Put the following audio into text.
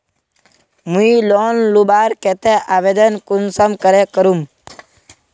मुई लोन लुबार केते आवेदन कुंसम करे करूम?